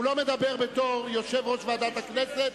הוא לא מדבר בתור יושב-ראש ועדת הכנסת,